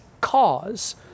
cause